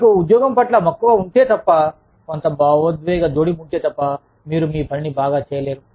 మీకు ఉద్యోగం పట్ల మక్కువ మక్కువ ఉంటేతప్ప కొంత భావోద్వేగ జోడింపు ఉంటే తప్ప మీరు మీ పనిని బాగాచేయలేరు